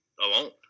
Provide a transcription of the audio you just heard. alone